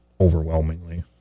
overwhelmingly